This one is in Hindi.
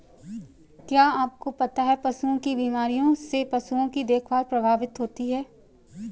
क्या आपको पता है पशुओं की बीमारियों से पशुओं की देखभाल प्रभावित होती है?